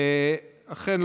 אכן,